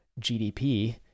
gdp